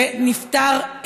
ונפטר,